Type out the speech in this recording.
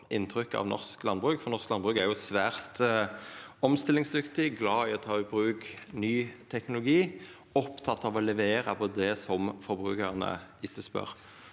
norsk landbruk er svært omstillingsdyktig, glad i å ta i bruk ny teknologi og oppteke av å levera på det som forbrukarane etterspør.